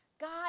God